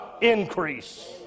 increase